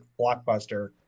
blockbuster